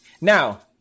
Now